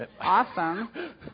awesome